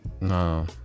No